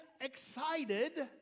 excited